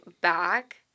back